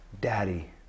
Daddy